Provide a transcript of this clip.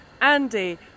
Andy